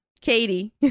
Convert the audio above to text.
Katie